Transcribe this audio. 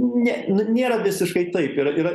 ne nu nėra visiškai taip yra yra